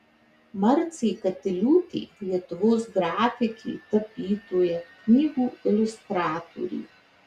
marcė katiliūtė lietuvos grafikė tapytoja knygų iliustratorė